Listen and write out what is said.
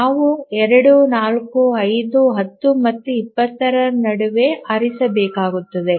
ನಾವು 2 4 5 10 ಮತ್ತು 20 ರ ನಡುವೆ ಆರಿಸಬೇಕಾಗುತ್ತದೆ